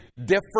different